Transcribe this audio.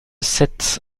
sept